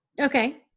Okay